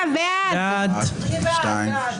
הצבעה לא אושרו.